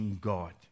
God